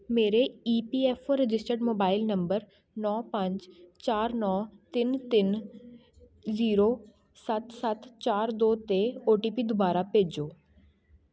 ਮੇਰੇ E P F O registered mobile number ਨੌ ਪੰਜ ਚਾਰ ਨੌ ਤਿੰਨ ਤਿੰਨ ਜ਼ੀਰੋ ਸੱਤ ਸੱਤ ਚਾਰ ਦੋ 'ਤੇ ਓ ਟੀ ਪੀ ਦੁਬਾਰਾ ਭੇਜੋ